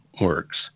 works